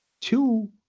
Two